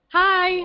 hi